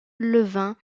levain